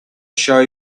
show